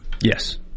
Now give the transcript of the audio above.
Yes